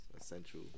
essential